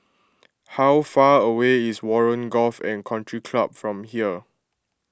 how far away is Warren Golf and Country Club from here